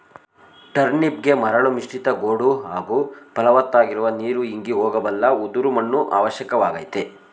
ಟರ್ನಿಪ್ಗೆ ಮರಳು ಮಿಶ್ರಿತ ಗೋಡು ಹಾಗೂ ಫಲವತ್ತಾಗಿರುವ ನೀರು ಇಂಗಿ ಹೋಗಬಲ್ಲ ಉದುರು ಮಣ್ಣು ಅವಶ್ಯಕವಾಗಯ್ತೆ